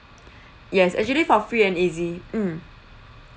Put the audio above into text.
yes actually for free and easy mm